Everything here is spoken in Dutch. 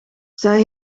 zij